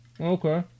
Okay